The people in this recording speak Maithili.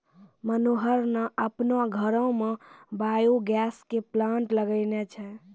मनोहर न आपनो घरो मॅ बायो गैस के प्लांट लगैनॅ छै